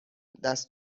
دست